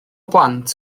blant